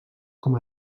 com